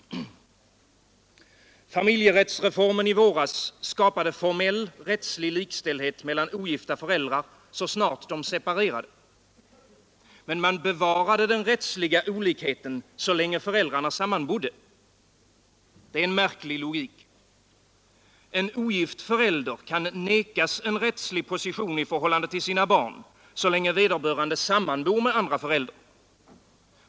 Familjerättsreformen i våras skapade formell rättslig likställdhet mellan ogifta föräldrar, så snart de separerade. Men man bevarade den rättsliga olikheten så länge föräldrarna sammanbodde. Det är en märklig logik. En ogift förälder kan nekas en rättslig position i förhållande till sina barn, så länge vederbörande sammanbor med andra föräldern.